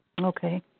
Okay